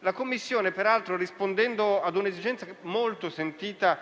La Commissione, peraltro, rispondendo ad un'esigenza molto sentita,